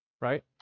Right